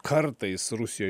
kartais rusijoj